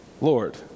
Lord